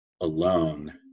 alone